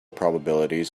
probabilities